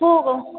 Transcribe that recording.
பூவும்